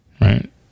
Right